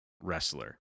wrestler